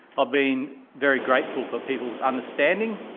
ah been very grateful for people's understanding,